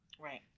Right